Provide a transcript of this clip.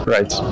Right